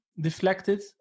deflected